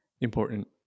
Important